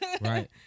right